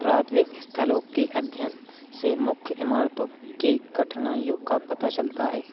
पुरातात्विक अस्थलों के अध्ययन से मुख्य इमारतों की कठिनाइयों का पता चलता है